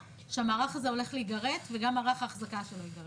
שהמערך הזה הולך להיגרט וגם מערך האחזקה שלו ייגרט?